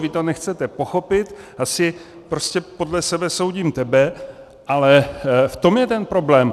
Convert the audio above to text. Vy to nechcete pochopit, asi podle sebe soudím tebe, ale v tom je ten problém.